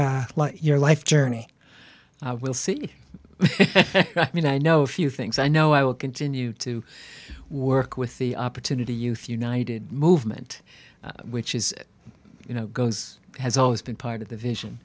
your life journey will see i mean i know a few things i know i will continue to work with the opportunity youth united movement which is you know goes has always been part of the vision